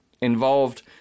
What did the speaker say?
involved